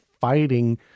fighting